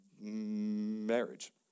marriage